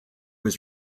was